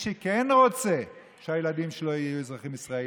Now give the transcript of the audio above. שכן רוצה שהילדים שלו יהיו אזרחים ישראלים,